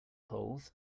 polls